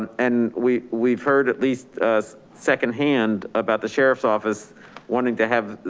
and we've we've heard at least secondhand about the sheriff's office wanting to have